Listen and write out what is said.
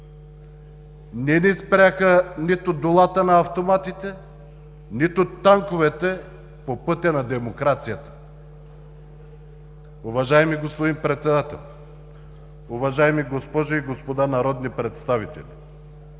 Не ни спряха нито дулата на автоматите, нито танковете по пътя на демокрацията. Уважаеми господин Председател, уважаеми госпожи и господа народни представители!